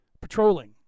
patrolling